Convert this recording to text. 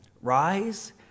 rise